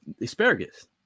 asparagus